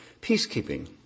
Peacekeeping